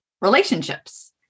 relationships